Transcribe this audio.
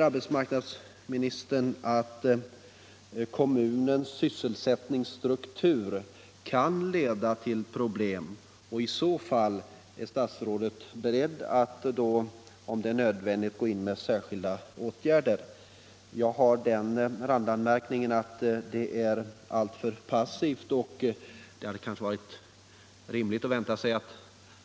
Arbetsmarknadsministern säger i svaret att kommunens sysselsättningsstruktur kan leda till problem, och i så fall är statsrådet beredd att om det är nödvändigt vidta särskilda åtgärder. Jag har den randanmärkningen att detta är alltför passivt. Det hade varit rimligt att vänta sig att